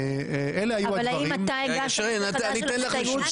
אני רוצה לשאול.